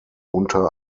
unter